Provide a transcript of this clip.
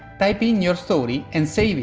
type in your story, and save